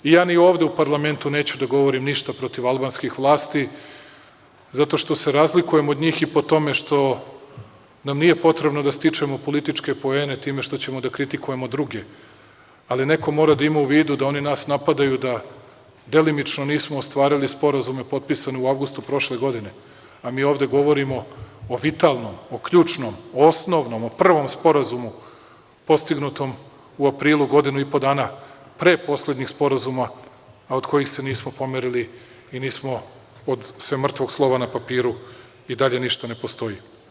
Ja ni ovde u parlamentu neću da govorim ništa protiv albanskih vlasti zato što se razlikujem od njih i po tome što nam nije potrebno da stičemo političke poene time što ćemo da kritikujemo druge, ali neko mora da ima u vidu da oni nas napadaju, da delimično nismo ostvarili sporazume potpisane u avgustu prošle godine, a mi ovde govorimo o vitalnom, o ključnom, o osnovnom, o prvom sporazumu postignutom u aprilu godinu i po dana pre poslednjeg sporazuma, a od kojih se nismo pomerili, sem mrtvog slova na papiru i dalje ništa ne postoji.